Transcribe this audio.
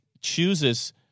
chooses